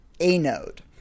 anode